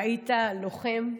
והיית לוחם.